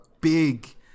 big